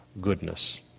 goodness